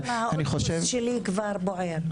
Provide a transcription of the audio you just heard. הראש שלי כבר בוער.